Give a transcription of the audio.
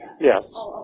Yes